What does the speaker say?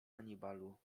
hannibalu